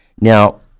Now